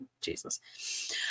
Jesus